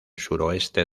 suroeste